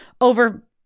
over